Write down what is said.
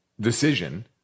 decision